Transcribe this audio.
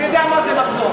אני יודע מה זה מצור.